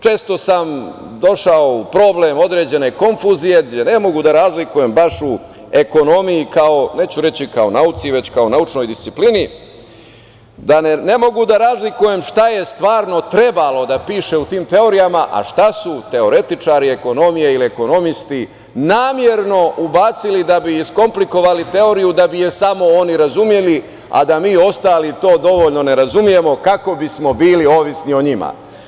Često sam došao u problem, određene konfuzije gde ne mogu da razlikujem baš u ekonomiji kao, neću reći kao nauci, već kao naučnoj disciplini, da ne mogu da razlikujem šta je stvarno trebalo da piše u tim teorijama, a šta su teoretičari ekonomije ili ekonomisti namerno ubacili da bi iskomplikovali teoriju da bi je samo oni razumeli, a da mi ostali to dovoljno ne razumemo kako bismo bili ovisni o njima.